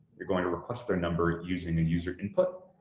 you're going to request their number of using a user input.